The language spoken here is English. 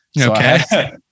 Okay